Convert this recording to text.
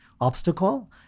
obstacle